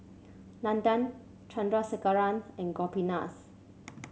Nandan Chandrasekaran and Gopinath